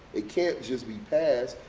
it can't just be past.